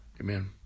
Amen